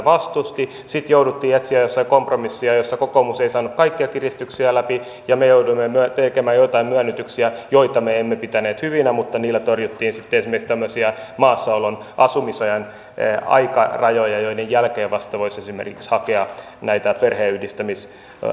sitten jouduttiin etsimään jossain kompromissia jossa kokoomus ei saanut kaikkia kiristyksiä läpi ja me jouduimme tekemään joitain myönnytyksiä joita me emme pitäneet hyvinä mutta niillä torjuttiin sitten esimerkiksi tämmöisiä maassaolon asumisajan aikarajoja joiden jälkeen vasta voisi esimerkiksi hakea näitä perheenyhdistämislupia